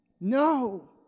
No